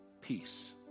Peace